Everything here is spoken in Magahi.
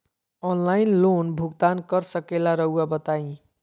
ऑनलाइन लोन भुगतान कर सकेला राउआ बताई?